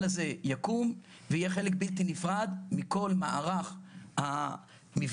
הזה יקום ויהיה חלק בלתי נפרד מכל מערך המבנים